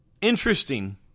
Interesting